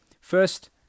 First